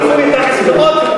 הם עשו אתם עסקאות,